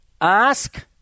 Ask